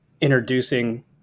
introducing